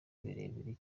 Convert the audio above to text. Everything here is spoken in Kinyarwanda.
birebire